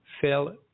fail